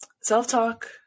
self-talk